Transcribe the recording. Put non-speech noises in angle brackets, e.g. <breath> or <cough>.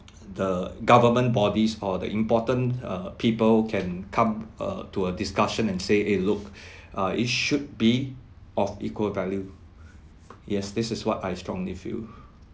the government bodies or the important err people can come err to a discussion and say eh look <breath> uh it should be of equal value <breath> yes this is what I strongly feel <breath>